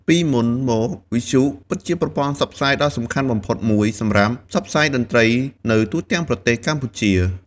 ពីមុនមក វិទ្យុ ពិតជាប្រព័ន្ធផ្សព្វផ្សាយដ៏សំខាន់បំផុតមួយសម្រាប់ ផ្សព្វផ្សាយតន្ត្រីនៅទូទាំងប្រទេសកម្ពុជា។